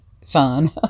son